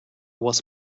was